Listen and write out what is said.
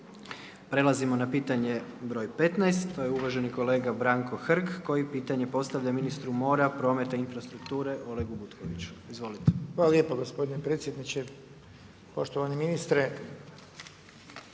Prelazimo na pitanje broj 15, to je uvaženi kolega Branko Hrg koji pitanje postavlja ministru mora, prometa i infrastrukture Olegu Butkoviću. Izvolite. **Hrg, Branko (HDS)** Hvala lijepo gospodine predsjedniče. Poštovani ministre,